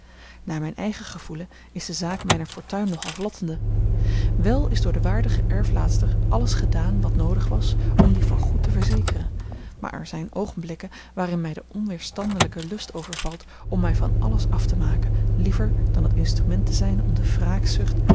naar mijn eigen gevoelen is de zaak mijner fortuin nogal vlottende wel is door de waardige erflaatster alles gedaan wat noodig was om die voor goed te verzekeren maar er zijn oogenblikken waarin mij de onweerstandelijke lust overvalt om mij van alles af te maken liever dan het instrument te zijn om de